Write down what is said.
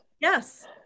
Yes